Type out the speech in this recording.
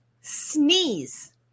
Sneeze